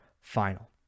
final